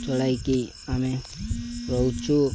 ଚଳାଇକି ଆମେ ରହୁଛୁ